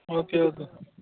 okay okay